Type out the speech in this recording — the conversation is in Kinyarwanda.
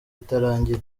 itarangiye